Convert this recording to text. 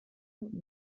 von